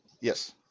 Yes